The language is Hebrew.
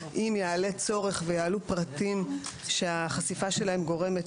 אם יעלה צורך ויעלו פרטים שהחשיפה שלהם גורמת